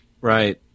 right